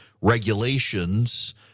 regulations